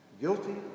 Guilty